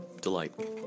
delight